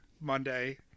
Monday